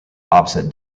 opposite